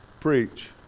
preach